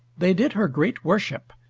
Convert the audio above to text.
they did her great worship,